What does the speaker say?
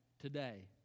today